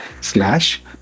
slash